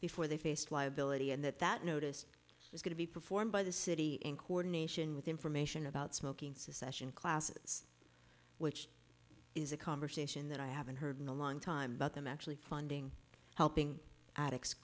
before they faced liability and that that notice was going to be performed by the city in coordination with information about smoking secession classes which is a conversation that i haven't heard in a long time but i'm actually funding helping addicts